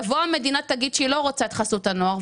תבוא המדינה ותגיד שהיא לא רוצה את חסות הנוער,